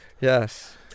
Yes